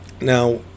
Now